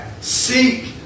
seek